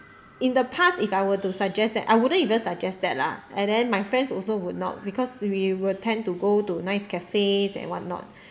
in the past if I were to suggest that I wouldn't even suggest that lah and then my friends also would not because we will tend to go to nice cafes and whatnot